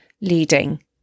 leading